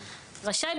רשאי,